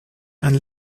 and